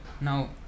Now